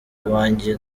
uwanjye